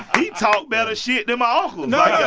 he talked better shit than um ah you know yeah